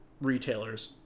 retailers